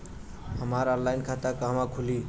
हमार ऑनलाइन खाता कहवा खुली?